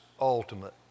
ultimate